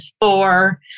four